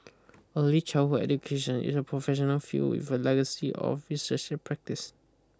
early childhood education is a professional field with a legacy of research and practice